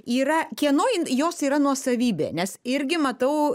yra kieno jos yra nuosavybė nes irgi matau